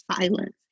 silence